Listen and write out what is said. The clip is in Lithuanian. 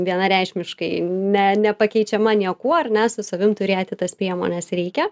vienareikšmiškai ne nepakeičiama niekuo ar ne su savim turėti tas priemones reikia